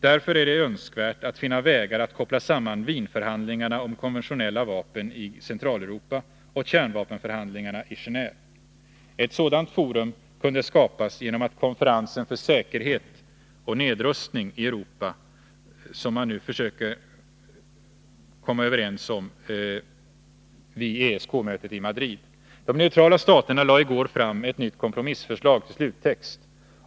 Därför är det önskvärt att finna vägar att koppla samman Wienförhandlingarna om konventionella vapen i Centraleuropa och kärnvapenförhandlingarna i Geneve. Ett sådant forum kunde skapas genom den konferens för säkerhet och nedrustning i Europa som man nu försöker komma överens om vid ESK-mötet i Madrid. De neutrala staterna lade i går fram ett nytt kompromissförslag till sluttext.